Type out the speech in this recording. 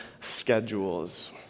schedules